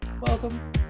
Welcome